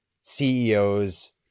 CEOs